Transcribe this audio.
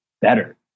better